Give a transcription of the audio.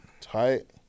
tight